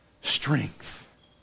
strength